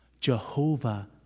Jehovah